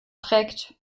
trägt